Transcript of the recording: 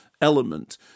element